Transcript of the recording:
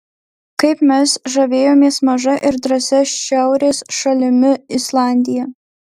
kaip mes žavėjomės maža ir drąsia šiaurės šalimi islandija